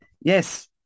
Yes